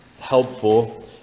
helpful